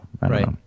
Right